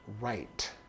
right